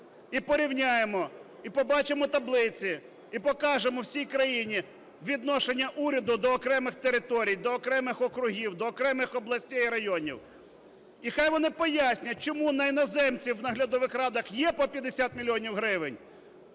і порівняємо, і побачимо таблиці, і покажемо всій країні відношення уряду до окремих територій, до окремих округів, до окремих областей і районів. І хай вони пояснять, чому на іноземців в наглядових радах є по 50 мільйонів